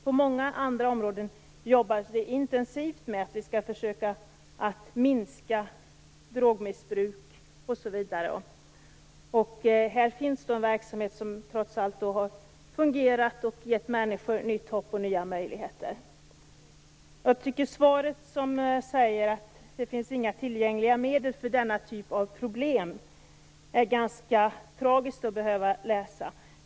På många områden jobbas det intensivt med att försöka minska drogmissbruk osv. Här finns en verksamhet som trots allt har fungerat och gett människor nytt hopp och nya möjligheter. I svaret sägs att det inte finns några tillgängliga medel för denna typ av problem. Detta är ganska tragiskt att behöva läsa.